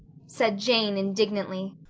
said jane indignantly.